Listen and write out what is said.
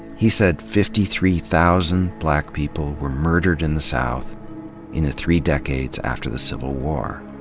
he said fifty three thousand black people were murdered in the south in the three decades after the civil war.